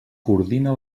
coordina